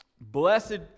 Blessed